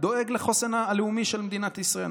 דואג לחוסן הלאומי של מדינת ישראל,